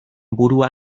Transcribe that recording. burua